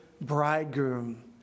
bridegroom